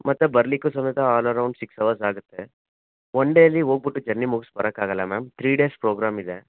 ಮತ್ತು ಬರಲಿಕ್ಕೂ ಸಮೇತ ಆಲ್ ಅರೌಂಡ್ ಸಿಕ್ಸ್ ಅವರ್ಸ್ ಆಗುತ್ತೆ ಒನ್ ಡೇ ಅಲ್ಲಿ ಹೋಗ್ಬುಟ್ಟು ಜರ್ನಿ ಮುಗ್ಸಿ ಬರಕ್ಕೆ ಆಗಲ್ಲ ಮ್ಯಾಮ್ ತ್ರೀ ಡೇಸ್ ಪ್ರೋಗ್ರಾಮ್ ಇದೆ